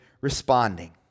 responding